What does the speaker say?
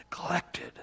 Neglected